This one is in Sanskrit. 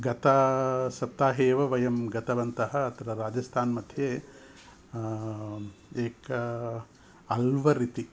गतासप्ताहे एव वयं गतवन्तः अत्र राजस्थान्मध्ये एका अल्वर् इति